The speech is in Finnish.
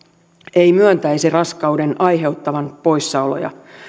ei myöntäisi raskauden aiheuttavan poissaoloja